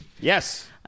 yes